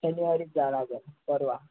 शनिवारीच जावं लागंल परवा